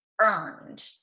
earned